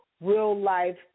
real-life